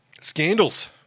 Scandals